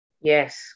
yes